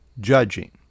judging